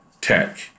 tech